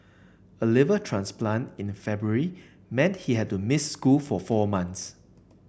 a liver transplant in February meant he had to miss school for four months